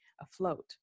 afloat